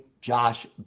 Josh